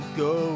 go